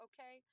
Okay